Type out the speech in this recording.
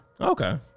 Okay